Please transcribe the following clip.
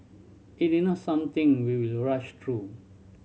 it is not something we will rush through